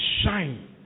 shine